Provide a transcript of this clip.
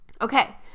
Okay